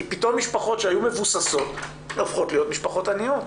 כי פתאום משפחות שהיו מבוססות הופכות להיות משפחות עניות,